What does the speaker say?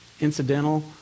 incidental